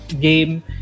game